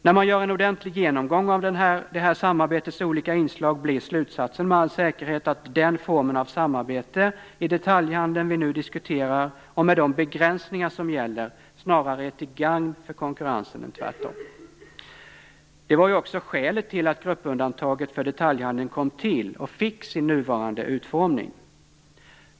När man gör en ordentlig genomgång av det här samarbetets olika inslag blir slutsatsen med all säkerhet att den form av samarbete i detaljhandeln vi nu diskuterar med de begränsningar som gäller snarare är till gagn för konkurrensen än tvärtom. Det var ju också skälet till att gruppundantaget för detaljhandeln kom till och fick sin nuvarande utformning.